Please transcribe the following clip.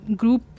group